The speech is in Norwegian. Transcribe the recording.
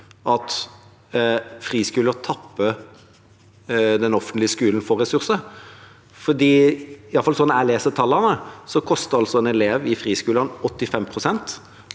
at friskoler tapper den offentlige skolen for ressurser? For iallfall sånn jeg leser tallene, koster en elev i friskolene 85 pst.